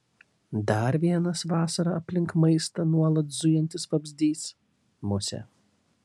dar vienas vasarą aplink maistą nuolat zujantis vabzdys musė